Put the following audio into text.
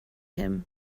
him